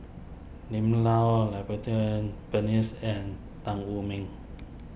Lim Lau Peng Neice and Tan Wu Meng